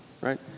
Right